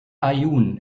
aaiún